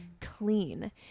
clean